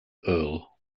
earl